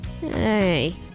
Hey